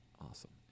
Awesome